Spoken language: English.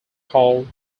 called